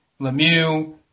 Lemieux